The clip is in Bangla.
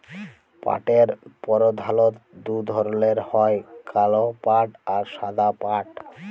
পাটের পরধালত দু ধরলের হ্যয় কাল পাট আর সাদা পাট